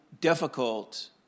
difficult